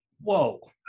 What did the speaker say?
Whoa